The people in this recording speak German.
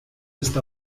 ist